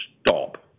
stop